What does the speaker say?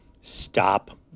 stop